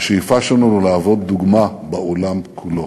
השאיפה שלנו היא להוות דוגמה בעולם כולו,